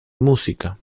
música